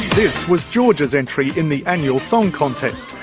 this was georgia's entry in the annual song contest,